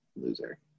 Loser